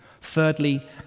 Thirdly